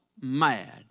mad